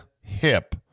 hip